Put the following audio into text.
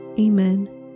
Amen